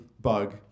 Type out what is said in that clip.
bug